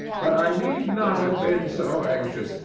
but i need not have been so anxious,